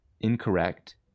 incorrect